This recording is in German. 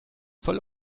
voll